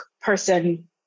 person